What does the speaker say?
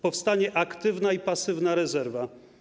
Powstanie aktywna i pasywna rezerwa.